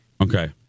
Okay